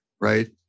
right